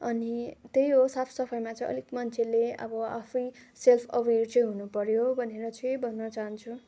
अनि त्यही हो साफ सफाइमा चाहिँ अलिक मान्छेले अब आफै सेल्फ अवेर चाहिँ हुनु पर्यो भनेर चाहिँ भन्न चाहन्छु